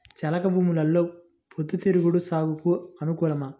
చెలక భూమిలో పొద్దు తిరుగుడు సాగుకు అనుకూలమా?